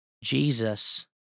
Jesus